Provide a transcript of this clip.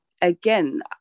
again